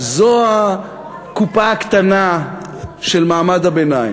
זו הקופה הקטנה של מעמד הביניים,